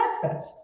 breakfast